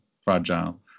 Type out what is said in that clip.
fragile